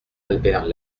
albert